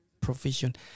provision